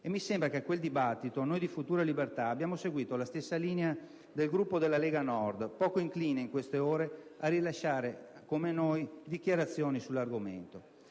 E mi sembra che a quel dibattito noi di Futuro e Libertà abbiamo seguito la stessa linea del Gruppo della Lega Nord, poco incline in queste ore a rilasciare, come noi, dichiarazioni sull'argomento.